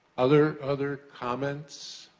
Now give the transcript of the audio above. other other comments,